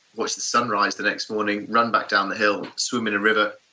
watch the sunrise the next morning. run back down the hill, swim in a river,